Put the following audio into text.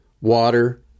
water